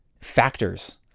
factors